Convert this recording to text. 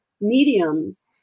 mediums